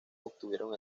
obtuvieron